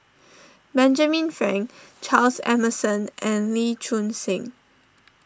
Benjamin Frank Charles Emmerson and Lee Choon Seng